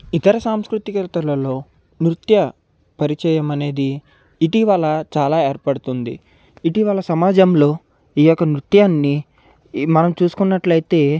ఇతర సంస్కృతులలో నృత్య పరిచయం అనేది ఇటీవల చాలా ఏర్పడుతుంది ఇటీవల సమాజంలో ఈ యొక్క నృత్యాన్ని మనం చూసుకున్నట్లయితే